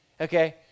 okay